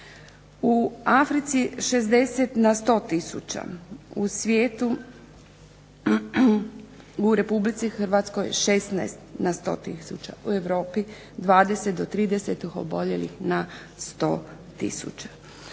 U Africi 60 na 100 tisuća, u Republici Hrvatskoj 16 na 100 tisuća, u Europi 20 do 30 ih oboljelih na 100 tisuća.